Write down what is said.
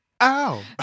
Ow